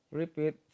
repeat